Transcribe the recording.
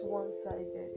one-sided